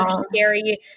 scary